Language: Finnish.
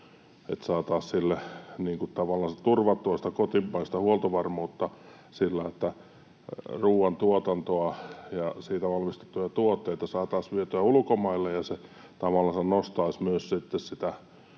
saataisiin sille turvattua sitä kotimaista huoltovarmuutta sillä, että ruoantuotantoa ja siitä valmistettuja tuotteita saataisiin vietyä ulkomaille, ja se nostaisi myös